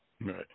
Right